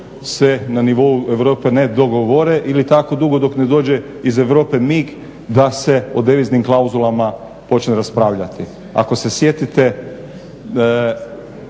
se na nivou Europe ne dogovore ili tako dugo dok ne dođe iz Europe mig da se o deviznim klauzulama počne raspravljati. Ako se sjetite